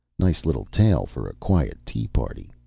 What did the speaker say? nice little tale for a quiet tea party,